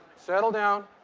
settle down.